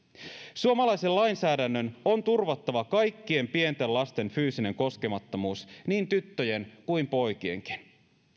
suomalaisen lainsäädännön on turvattava kaikkien pienten lasten fyysinen koskemattomuus niin tyttöjen kuin poikienkin